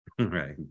right